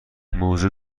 موزه